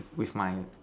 with my